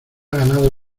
ganado